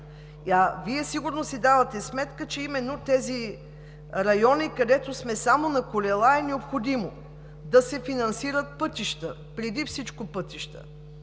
Вие сигурно си давате сметка, че именно в тези райони, където сме само на колела, е необходимо да се финансират преди всичко пътища.